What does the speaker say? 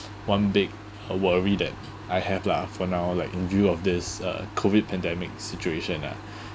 one big worry that I have lah for now like in view of this uh COVID pandemic situation lah